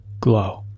glow